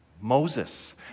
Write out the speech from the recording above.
Moses